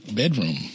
bedroom